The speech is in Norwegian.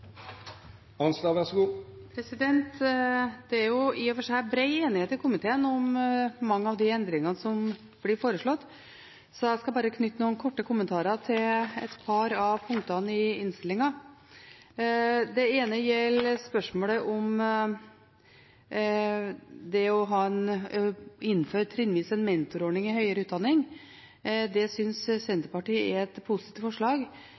seg brei enighet i komiteen om mange av de endringene som blir foreslått, så jeg skal bare knytte noen korte kommentarer til et par av punktene i innstillingen. Det ene gjelder spørsmålet om det å innføre trinnvis en mentorordning i høyere utdanning. Det synes Senterpartiet er et positivt forslag.